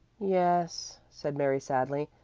yes, said mary sadly,